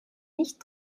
nicht